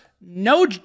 no